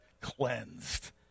cleansed